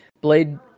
blade